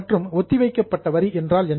மற்றும் ஒத்திவைக்கப்பட்ட வரி என்றால் என்ன